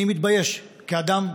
אני מתבייש כאדם,